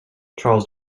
charles